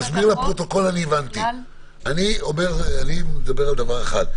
אני מדבר על דבר אחד.